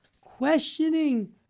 questioning